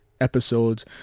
episodes